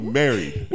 married